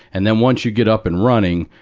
and then once you get up and running,